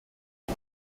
die